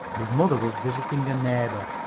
his mother was visiting a neighbor,